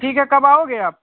ठीक है कब आओगे आप